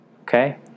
Okay